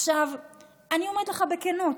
אני אומרת לך בכנות,